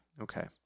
Okay